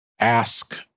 ask